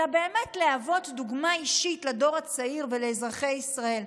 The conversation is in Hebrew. אלא באמת להוות דוגמה אישית לדור הצעיר ולאזרחי ישראל.